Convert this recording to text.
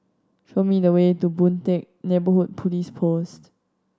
show me the way to Boon Teck Neighbourhood Police Post